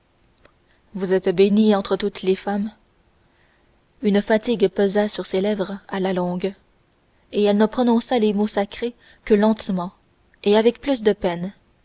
vous êtes bénie entre toutes les femmes une fatigue pesa sur ses lèvres à la longue et elle ne prononça plus les mots sacrés que lentement et avec plus de peine